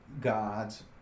God's